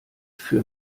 für